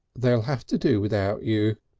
they'll have to do without you,